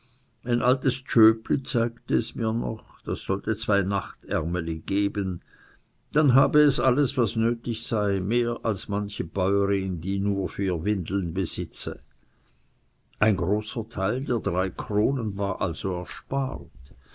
ein altes tschöpli zeigte es mir noch das sollte zwei nachtärmeli geben dann habe es alles was nötig sei mehr als manche bäuerin die nur vier windeln besitze ein großer teil der drei kronen war also